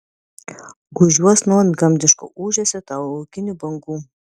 gūžiuos nuo antgamtiško ūžesio tavo laukinių bangų